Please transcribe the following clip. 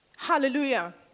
Hallelujah